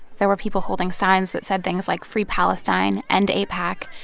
there were people holding signs that said things like free palestine, end aipac,